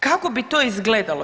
Kako bi to izgledalo?